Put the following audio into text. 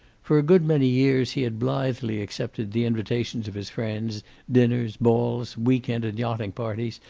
for a good many years he had blithely accepted the invitations of his friends dinners, balls, week-end and yachting parties,